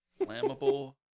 Flammable